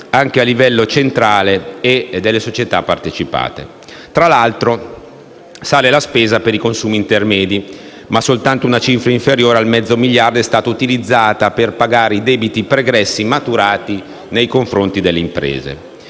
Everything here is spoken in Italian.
anche a livello centrale e delle società partecipate. Tra l'altro, sale la spesa per consumi intermedi, ma soltanto una cifra inferiore al mezzo miliardo è stata utilizzata per pagare i debiti pregressi maturati nei confronti delle imprese.